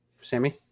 Sammy